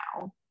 now